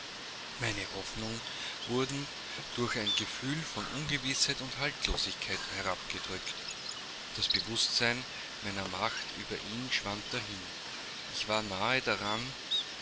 meine hoffnungen wurden durch ein gefühl von ungewißheit und haltlosigkeit herabgedrückt das bewußtsein meiner macht über ihn schwand dahin ich war nahe daran